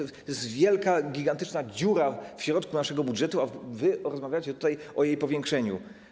Jest wielka, gigantyczna dziura w środku naszego budżetu, a wy rozmawiacie o jej powiększeniu.